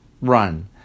run